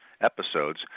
episodes